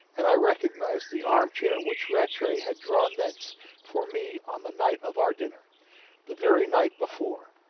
and i recognized the arm-chair which rattray had drawn thence for me on the night of our dinner the very night before!